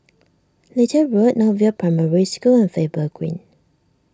Little Road North View Primary School and Faber Green